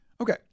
Okay